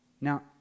Now